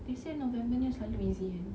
they say november punya selalu easy [one]